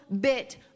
bit